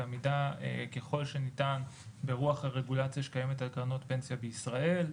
ומידע ככל שניתן ברוח הרגולציה שקיימת בקרנות פנסיה בישראל.